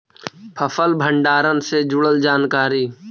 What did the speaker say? फसल भंडारन से जुड़ल जानकारी?